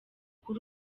kuri